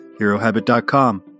HeroHabit.com